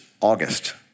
August